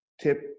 Tip